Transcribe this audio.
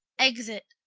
exit